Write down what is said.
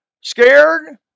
Scared